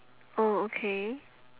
oh okay